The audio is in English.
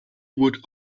would